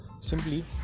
Simply